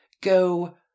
go